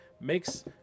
makes